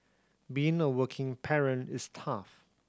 being a working parent is tough